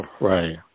Right